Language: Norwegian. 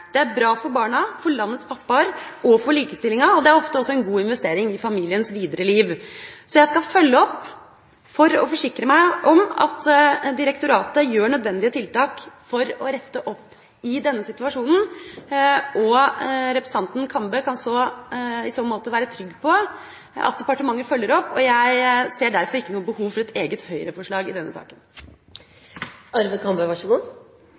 Det er bra for barna, for landets pappaer og for likestillinga, og det er ofte også en god investering i familiens videre liv. Jeg skal følge opp for å forsikre meg om at direktoratet gjør nødvendige tiltak for å rette opp denne situasjonen. Representanten Kambe kan i så måte være trygg på at departementet følger opp. Jeg ser derfor ikke noe behov for et eget Høyre-forslag i denne saken.